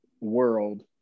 world